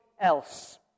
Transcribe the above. else